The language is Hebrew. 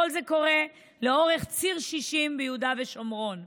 כל זה קורה לאורך ציר 60 ביהודה ושומרון.